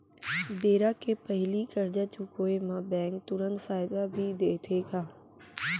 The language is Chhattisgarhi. बेरा के पहिली करजा चुकोय म बैंक तुरंत फायदा भी देथे का?